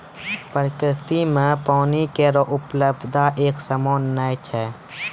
प्रकृति म पानी केरो उपलब्धता एकसमान नै छै